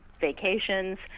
vacations